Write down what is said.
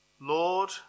Lord